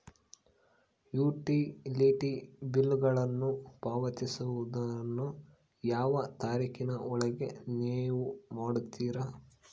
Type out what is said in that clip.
Utility ಬಿಲ್ಲುಗಳನ್ನು ಪಾವತಿಸುವದನ್ನು ಯಾವ ತಾರೇಖಿನ ಒಳಗೆ ನೇವು ಮಾಡುತ್ತೇರಾ?